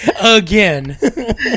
again